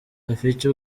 rafiki